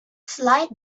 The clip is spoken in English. slide